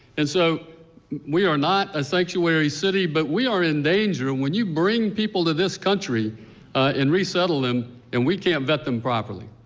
and so we are not a sanctuary city, but we are in danger. when you bring people to this country and resettle them and we can't vet them properly.